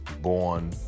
Born